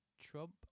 Trump